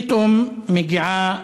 פתאום מגיעה